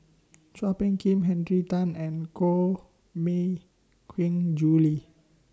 Chua Phung Kim Henry Tan and Koh Mui Queen Julie